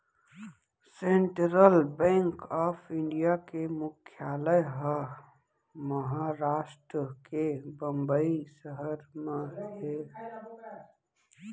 central bank of India के मुख्यालय ह महारास्ट के बंबई सहर म हे